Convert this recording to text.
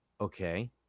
Okay